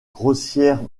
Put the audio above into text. grossière